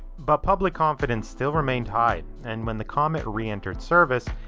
but public confidence still remained high and when the comet re-entered service.